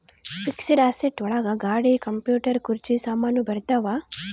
fixed asset ಒಳಗ ಗಾಡಿ computer ಕುರ್ಚಿ ಸಾಮಾನು ಬರತಾವ